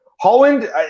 Holland